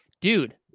Dude